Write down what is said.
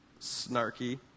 snarky